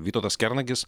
vytautas kernagis